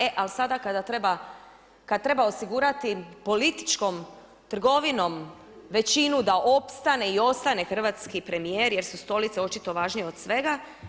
E ali sada kada treba osigurati političkom trgovinom većinu da opstane i ostane hrvatski premijer jer su stolice očito važnije od svega.